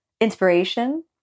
inspiration